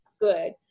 good